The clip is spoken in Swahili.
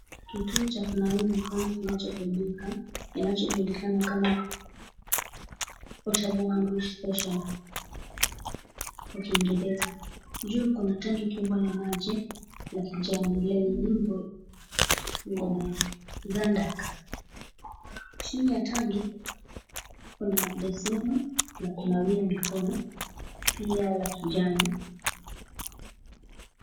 Kituo cha kunawia mikono kinachobebeka, kinachojulikana kama portable handwash station kwa kingereza. Juu kuna tangi kubwa la maji lla kijani enye nembo ya Zandak . Chini ya tangi kuna beseni ya kunawia mikono pia la kijani.